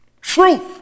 Truth